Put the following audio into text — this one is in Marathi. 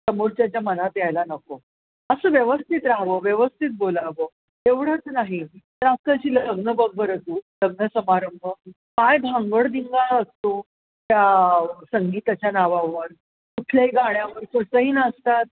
समोरच्याचा मनात यायला नको असं व्यवस्थित राहावं व्यवस्थित बोलावं एवढंच नाही तर आताची लग्नं बघ बरं तू लग्नसमारंभ काय धांगडधिंगाणा असतो त्या संगीताच्या नावावर कुठल्याही गाण्यावर कसंही नाचतात